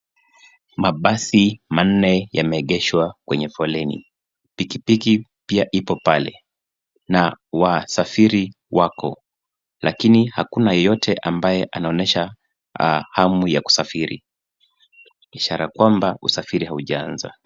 Mabasi manne yameegeshwa kwenye foleni, pikipiki pia ipo pale. Na wasafiri wako. Lakini hakuna yeyote ambaye anaonesha hamu ya kusafiri. Ishara kwamba usafiri haujaanza.